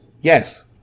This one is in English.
Yes